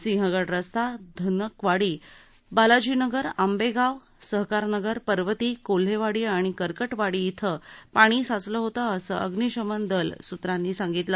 सिंहगडरस्ता धनकवडी बालाजीनगर आंबेगाव सहकारनगर पर्वती कोल्हेवाडी आणि कर्कटवाडी इथं पाणी साचलं होतं असं अग्निशमन दल सूत्रांनी सांगितलं